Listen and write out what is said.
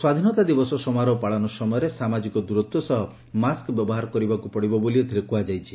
ସ୍ୱାଧୀନତା ଦିବସ ସମାରୋହ ପାଳନ ସମୟରେ ସାମାଜିକ ଦ୍ରତ୍ ସହ ମାସ୍କ ବ୍ୟବହାର କରିବାକ୍ ପଡ଼ିବ ବୋଲି ଏଥିରେ କୁହାଯାଇଛି